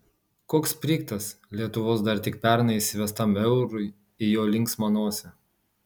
koks sprigtas lietuvos dar tik pernai įsivestam eurui į jo linksmą nosį